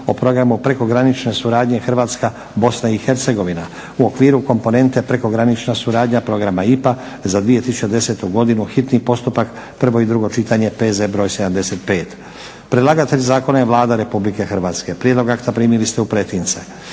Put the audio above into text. o Programu prekogranične suradnje Hrvatska - Bosna i Hercegovina u okviru komponente prekogranična suradnja Programa IPA za 2010. godinu, hitni postupak, prvo i drugo čitanje, P.Z. br. 75. Predlagatelj zakona je Vlada Republike Hrvatske. Prijedlog akta primili ste u pretince.